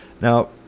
Now